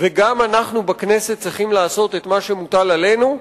וגם אנחנו בכנסת צריכים לעשות את מה שמוטל עלינו,